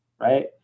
Right